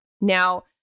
Now